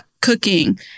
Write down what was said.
cooking